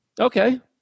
Okay